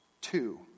Two